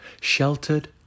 Sheltered